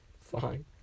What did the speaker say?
Fine